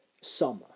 summer